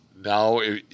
now